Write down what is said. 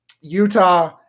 Utah